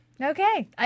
Okay